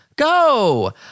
Go